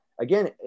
again